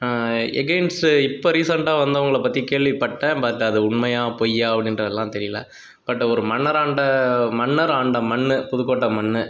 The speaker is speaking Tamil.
எகைன்ஸ்ட் இப்போ ரிசென்ட்டாக வந்தவங்கள பற்றி கேள்விப்பட்டேன் பட் அது உண்மையா பொய்யா அப்படின்றதுலா தெரியல பட் ஒரு மன்னராண்ட மன்னர் ஆண்ட மண்ணு புதுக்கோட்டை மண்ணு